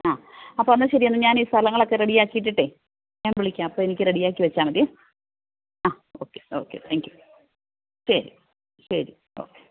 ആ അപ്പം എന്നാൽ ശരി ഞാൻ ഈ സ്ഥലങ്ങളൊക്കെ റെഡിയാക്കിയിട്ടിട്ടെ ഞാൻ വിളിക്കാം അപ്പോൾ എനിക്ക് റെഡിയാക്കി വെച്ചാൽ മതിയേ ഓക്കേ ഓക്കേ താങ്ക്യൂ ശരി ശരി ഓക്കെ